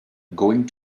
going